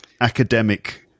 academic